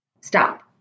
Stop